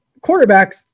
quarterbacks